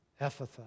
Ephatha